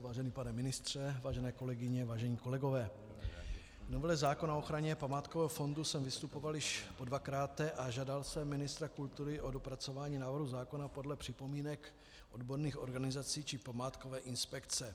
Vážený pane ministře, vážené kolegyně, vážení kolegové, v novele zákona o ochraně památkového fondu jsem vystupoval již dvakrát a žádal jsem ministra kultury o dopracování návrhu zákona podle připomínek odborných organizací či památkové inspekce.